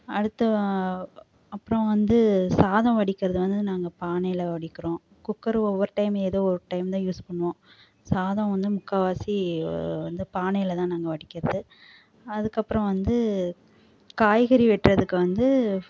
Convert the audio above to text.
அடுத்து அப்புறோம் வந்து சாதம் வடிக்கிறது வந்து நாங்கள் பானையில் வடிக்கிறோம் குக்கரு ஒவ்வொரு டைம் ஏதோ ஒரு டைம் தான் யூஸ் பண்ணுவோம் சாதம் வந்து முக்கால்வாசி வந்து பானையில் தான் நாங்கள் வடிக்கிறது அதுக்கப்புறோம் வந்து காய்கறி வெட்டுறதுக்கு வந்து